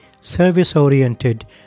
service-oriented